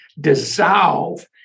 dissolve